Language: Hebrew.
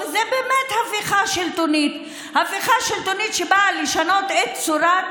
זו באמת הפיכה שלטונית, הפיכה שלטונית שבאה לשנות את צורת